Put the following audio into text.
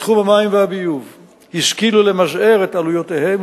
בתחום המים והביוב השכילו למזער את עלויותיהם,